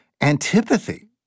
antipathy